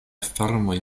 farmoj